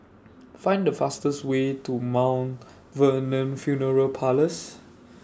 Find The fastest Way to Mount Vernon Funeral Parlours